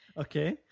Okay